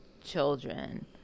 children